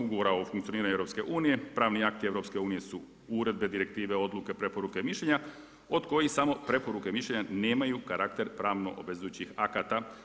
Ugovora o funkcioniranju EU pravni akti EU su uredbe, direktive, odluke, preporuke i mišljenja od kojih samo preporuke i mišljenja nemaju karakter pravno obvezujućih akata.